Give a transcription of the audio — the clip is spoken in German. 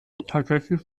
tatsächlich